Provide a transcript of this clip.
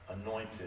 anointed